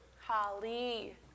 Holly